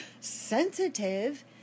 sensitive